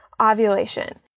ovulation